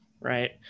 right